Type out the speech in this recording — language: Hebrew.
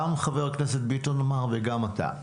גם חבר הכנסת ביטון אמר וגם אתה.